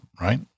right